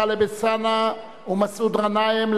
טלב אלסאנע ומסעוד גנאים,